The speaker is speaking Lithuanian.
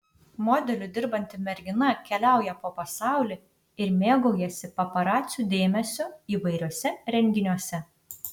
modeliu dirbanti mergina keliauja po pasaulį ir mėgaujasi paparacių dėmesiu įvairiuose renginiuose